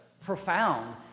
profound